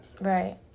right